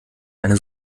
eine